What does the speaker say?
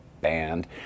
band